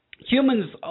Humans –